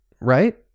right